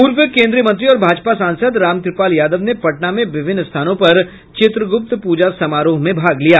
पूर्व केन्द्रीय मंत्री और भाजपा सांसद रामकृपाल यादव ने पटना में विभिन्न स्थानों पर चित्रगुप्त पूजा समारोह में भाग लिया